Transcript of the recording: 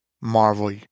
Marvel